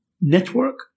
network